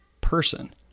person